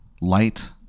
light